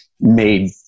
made